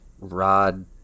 Rod